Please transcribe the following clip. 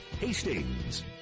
Hastings